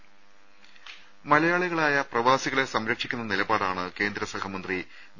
രേര മലയാളികളായ പ്രവാസികളെ സംരക്ഷിക്കുന്ന നിലപാടാണ് കേന്ദ്രസഹമന്ത്രി വി